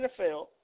NFL